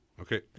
Okay